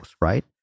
right